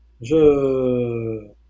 Je